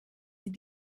sie